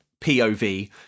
POV